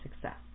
success